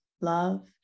love